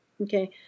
Okay